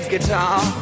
guitar